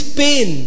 pain